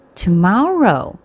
tomorrow